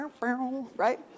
right